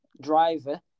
driver